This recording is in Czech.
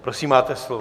Prosím, máte slovo.